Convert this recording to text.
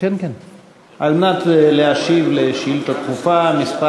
על מנת להשיב על שאילתה דחופה מס'